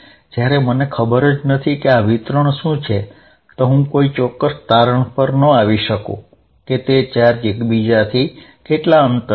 જ્યારે મને ખબર જ નથી કે આ વિતરણ શું છે તો હુ કોઇ ચોક્ક્સ તારણ પર ન આવી શકુ કે તે ચાર્જ એકબીજાથી કેટલા અંતરે છે